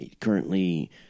currently